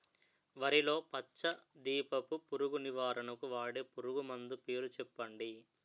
వరిలో పచ్చ దీపపు పురుగు నివారణకు వాడే పురుగుమందు పేరు చెప్పండి?